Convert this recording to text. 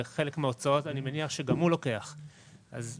ואני מניח שהוא לוקח חלק